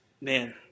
man